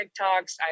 TikToks